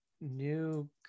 New